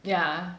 yeah